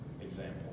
example